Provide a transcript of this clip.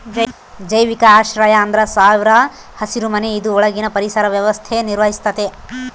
ಜೈವಿಕ ಆಶ್ರಯ ಅಂದ್ರ ಸೌರ ಹಸಿರುಮನೆ ಇದು ಒಳಗಿನ ಪರಿಸರ ವ್ಯವಸ್ಥೆ ನಿರ್ವಹಿಸ್ತತೆ